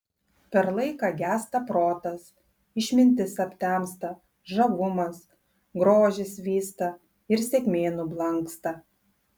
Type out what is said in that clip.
per laiką gęsta protas išmintis aptemsta žavumas grožis vysta ir sėkmė nublanksta